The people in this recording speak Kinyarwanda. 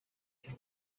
cy’u